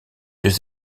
deux